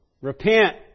Repent